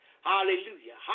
hallelujah